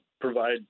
provide